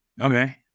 okay